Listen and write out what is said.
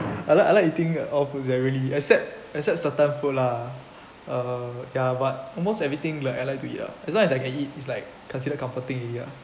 I like I like eating all foods eh really except except certain food lah uh ya but almost everything like I like to eat ah as long as I can eat is like considered comforting already ah